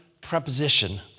preposition